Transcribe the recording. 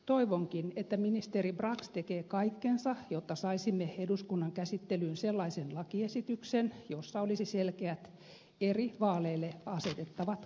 toivonkin että ministeri brax tekee kaikkensa jotta saisimme eduskunnan käsittelyyn sellaisen lakiesityksen jossa olisi selkeät eri vaaleille asetettavat kampanjakatot